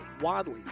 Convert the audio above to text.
Wadley